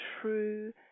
true